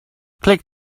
click